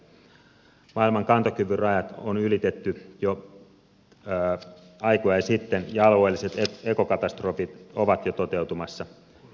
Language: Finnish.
maailman kantokyvyn rajat on ylitetty jo aikoja sitten ja alueelliset ekokatastrofit ovat jo toteutumassa